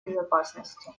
безопасности